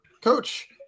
coach